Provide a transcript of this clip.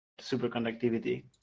superconductivity